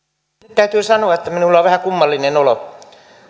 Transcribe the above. täytyy sanoa että minulla on vähän kummallinen olo